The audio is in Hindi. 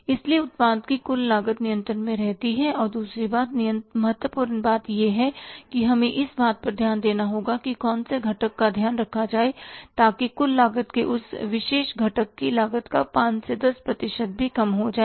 इसलिए उत्पाद की कुल लागत नियंत्रण में रहती है और दूसरी बात महत्वपूर्ण बात यह है कि हमें इस बात पर ध्यान देना होगा कि कौन से घटक का ध्यान रखा जाए ताकि कुल लागत के उस विशेष घटक की लागत का 5 से 10 प्रतिशत भी कम हो जाए